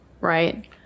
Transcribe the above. right